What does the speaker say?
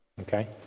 Okay